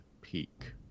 Peak